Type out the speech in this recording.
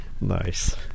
Nice